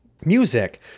music